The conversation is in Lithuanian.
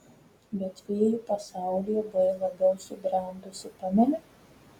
bet fėjų pasaulyje buvai labiau subrendusi pameni